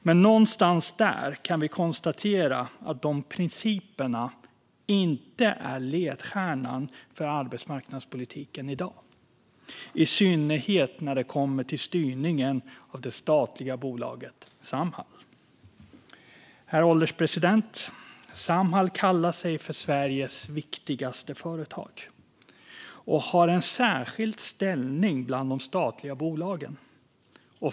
Men någonstans där kan vi konstatera att de principerna inte är ledstjärnan för arbetsmarknadspolitiken i dag, i synnerhet inte när det kommer till styrningen av det statliga bolaget Samhall. Herr ålderspresident! Samhall kallar sig för Sveriges viktigaste företag och har en särskild ställning bland de statliga bolagen.